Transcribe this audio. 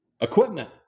equipment